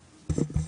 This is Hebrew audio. בבקשה.